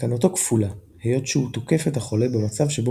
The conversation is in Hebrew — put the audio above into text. סכנתו כפולה היות שהוא תוקף את החולה במצב שבו